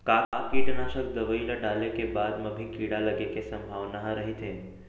का कीटनाशक दवई ल डाले के बाद म भी कीड़ा लगे के संभावना ह रइथे?